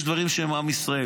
יש דברים שהם עם ישראל.